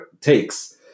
takes